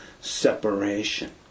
separation